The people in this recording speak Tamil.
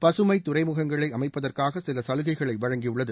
பசுமை துறைமுகங்களை அமைப்பதற்காக சில சலுகைகளை வழங்கியுள்ளது